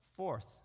Fourth